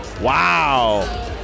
Wow